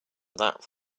that